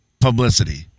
publicity